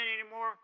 anymore